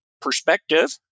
perspective